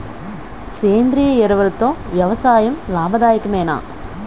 సేంద్రీయ ఎరువులతో వ్యవసాయం లాభదాయకమేనా?